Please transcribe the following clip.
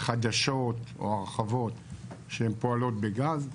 חדשות או הרחבות שהן פועלות בגז.